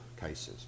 cases